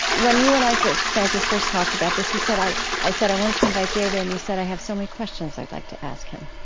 when you and i first, frances, first talked about this you said i i said i wanted to invite david. and you said, i have so many questions i'd like to ask him.